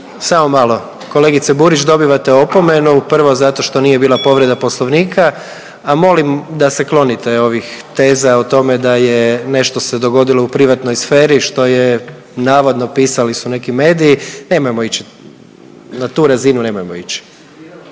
Samo malo, kolegice Burić dobivate opomenu prvo zato što nije bila povreda Poslovnika, a molim da se klonite ovih teza o tome da je nešto se dogodilo u privatnoj sferi što je navodno pisali su neki mediji nemojmo ići, na tu razinu nemojmo ići.